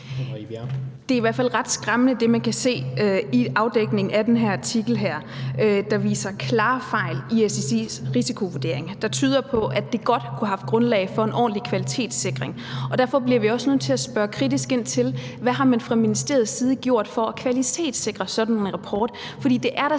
Det er i hvert fald ret skræmmende, hvad man kan se i afdækningen i den her artikel. Den viser klare fejl i SSI's risikovurdering, der tyder på, at der godt kunne have været grundlag for en ordentlig kvalitetssikring. Derfor bliver vi også nødt til at spørge kritisk ind til, hvad man fra ministeriets side har gjort for at kvalitetssikre sådan en rapport. For det er da